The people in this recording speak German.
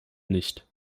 nicht